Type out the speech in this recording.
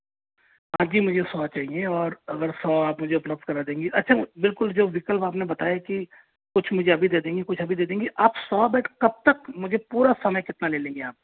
बाकि मुझे सौ चाहिए और अगर सौ आप मुझे उपलब्ध करवा देंगी अच्छा बिल्कुल जो विकल्प आप ने बताए कि कुछ मुझे अभी दे देंगी कुछ अभी दे देंगी आप सौ बैड कब तक मुझे पूरा समय कितना ले लेंगी आप